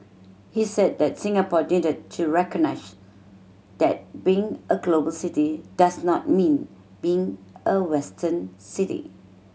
he said that Singapore needed to recognise that being a global city does not mean being a Western city